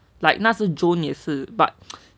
like 那时 joan 也是 but